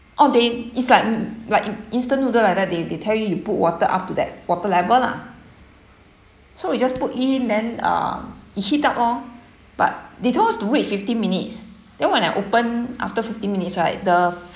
oh they is like like instant noodle like that they they tell you put water up to that water level lah so we just put in then uh you heat up lor but they told us to wait fifteen minutes then when I open after fifteen minutes right the